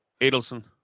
Adelson